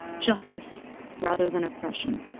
justice rather than oppression.